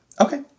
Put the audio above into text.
Okay